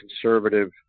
conservative